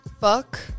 Fuck